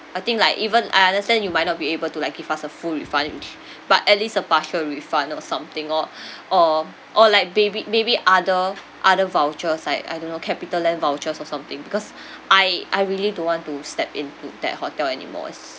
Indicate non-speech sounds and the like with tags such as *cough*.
I think like even I understand you might not be able to like give us a full refund which *breath* but at least a partial refund or something or *breath* or or like maybe maybe other other vouchers like I don't know capitaland vouchers or something because *breath* I I really don't want to step into that hotel anymore it's